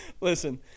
Listen